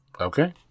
Okay